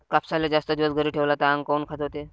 कापसाले जास्त दिवस घरी ठेवला त आंग काऊन खाजवते?